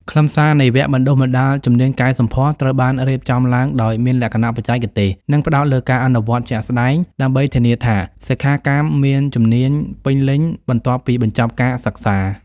ខ្លឹមសារនៃវគ្គបណ្តុះបណ្តាលជំនាញកែសម្ផស្សត្រូវបានរៀបចំឡើងដោយមានលក្ខណៈបច្ចេកទេស និងផ្តោតលើការអនុវត្តជាក់ស្តែង ដើម្បីធានាថាសិក្ខាកាមមានជំនាញពេញលេញបន្ទាប់ពីបញ្ចប់ការសិក្សា។